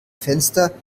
fenster